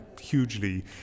hugely